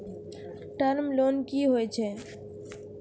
Term loan कि होय छै?